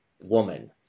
woman